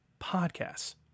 podcasts